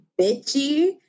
bitchy